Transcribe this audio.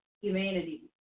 humanity